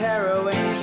Heroin